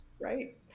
Right